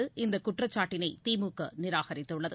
் இந்தக் குற்றச்சாட்டினைதிமுகநிராகரித்துள்ளது